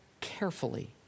carefully